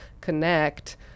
connect